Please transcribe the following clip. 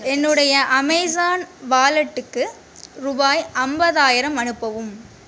என்னுடைய அமேஸான் வாலெட்டுக்கு ரூபாய் ஐம்பதாயிரம் அனுப்பவும்